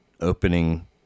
opening